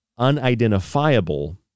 unidentifiable